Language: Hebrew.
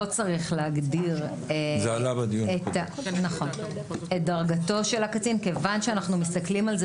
צריך להגדיר את דרגתו של הקצין כיוון שאנחנו מסתכלים על זה